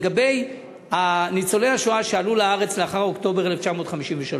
לגבי ניצולי השואה שעלו לארץ לאחר אוקטובר 1953,